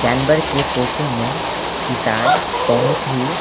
जानवरके पोसैमे किसान बहुत ही